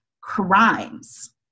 crimes